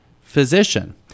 physician